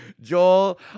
Joel